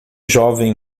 jovem